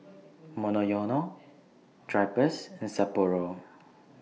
Monoyono Drypers and Sapporo